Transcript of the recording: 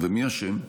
מי אשם?